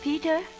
Peter